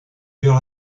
vers